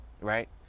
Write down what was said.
Right